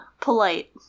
polite